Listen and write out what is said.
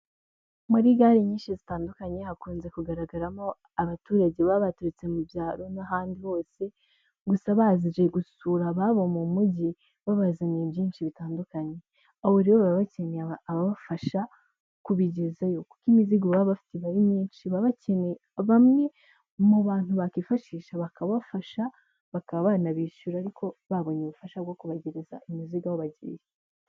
Muri gare nyinshi zitandukanye hakunze kugaragaramo abaturage baba baturutse mu byaro n'ahandi hose gusa baje gusura ababo mu mujyi babazaniye byinshi bitandukanye, rero baba bakeneye ababafasha kubigezayo kuko imizigo baba bafite iba ari myinshi, baba bakeneye bamwe mu bantu bakifashisha bakabafasha bakaba banabishyura ariko babonye ubufasha bwo kubagezareza imizigo aho bagiye.